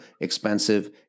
expensive